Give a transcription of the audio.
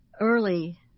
early